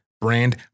brand